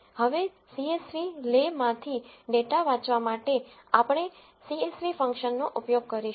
હવે સીએસવી લે માંથી ડેટા વાંચવા માટે આપણે સીએસવી ફંક્શનનો ઉપયોગ કરીશું